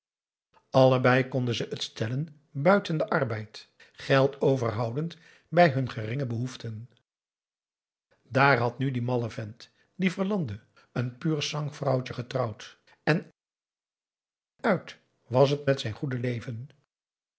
allebei konden ze het stellen buiten den arbeid geld overhoudend bij hun geringe behoeften daar had nu die malle vent die verlande een pur sang vrouwtje getrouwd en uit was het met zijn goede leven